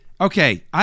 Okay